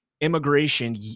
immigration